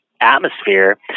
atmosphere